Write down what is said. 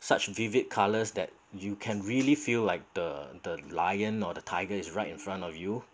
such vivid colours that you can really feel like the the lion or the tiger is right in front of you